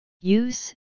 Use